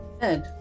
Good